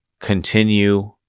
continue